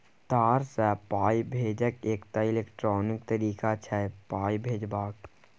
तार सँ पाइ भेजब एकटा इलेक्ट्रॉनिक तरीका छै पाइ भेजबाक